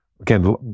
again